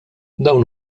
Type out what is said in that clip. dawn